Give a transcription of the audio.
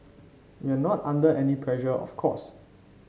we are not under any pressure of course